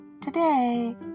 Today